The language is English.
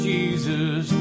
Jesus